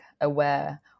aware